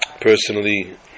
Personally